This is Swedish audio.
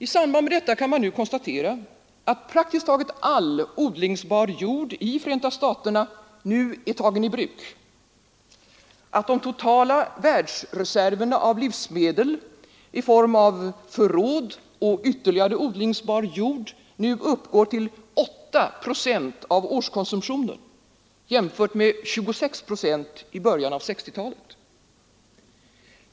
I samband med detta kan man nu konstatera att praktiskt taget all odlingsbar jord i Förenta staterna nu är tagen i bruk, att de totala världsreserverna av livsmedel i form av förråd och ytterligare odlingsbar jord nu uppgår till 8 procent av årskonsumtionen, jämfört med 26 procent i början av 1960-talet.